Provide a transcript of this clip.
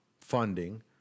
funding